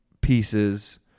pieces